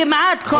כמעט כל